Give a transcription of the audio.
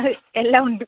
ഹയ് എല്ലാം ഉണ്ട്